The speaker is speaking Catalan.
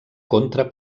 contra